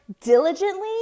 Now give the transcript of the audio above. diligently